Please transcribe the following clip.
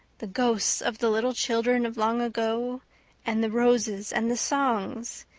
the ghosts of the little children of long ago and the roses and the songs.